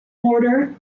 mortar